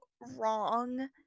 wrong